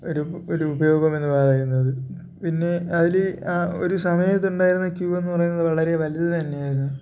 ഒരു ഒരു ഉപയോഗം എന്നു പറയുന്നത് പിന്നെ അതിൽ ഒരു സമയത്ത് ഉണ്ടായ ക്യൂ എന്നു പറയുന്നത് വളരെ വലുത് തന്നെ ആയിരുന്നു